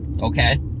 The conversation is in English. Okay